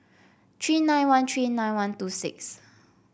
three nine one three nine one two six